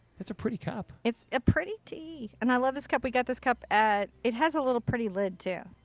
it's a pretty cup. it's a pretty tea. and i love this cup. we got this cup at. it has a little pretty lid too.